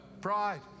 pride